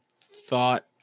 thought